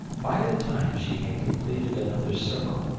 by the time she had completed another circle,